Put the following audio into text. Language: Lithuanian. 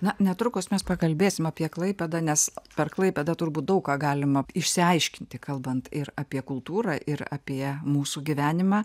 na netrukus mes pakalbėsim apie klaipėdą nes per klaipėdą turbūt daug ką galima išsiaiškinti kalbant ir apie kultūrą ir apie mūsų gyvenimą